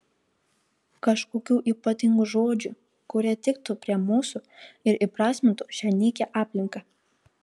kažkokių ypatingų žodžių kurie tiktų prie mūsų ir įprasmintų šią nykią aplinką